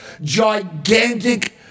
gigantic